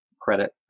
credit